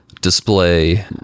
display